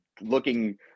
looking